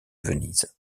venise